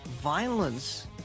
violence